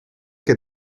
que